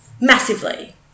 Massively